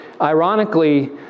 ironically